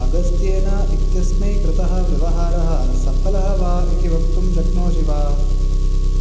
अगस्त्येन इत्यस्मै कृतः व्यवहारः सफलः वा इति वक्तुं शक्नोषि वा